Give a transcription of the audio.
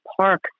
park